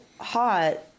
hot